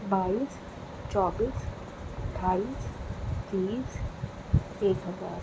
بائیس چوبیس اٹھائیس تیس ایک ہزار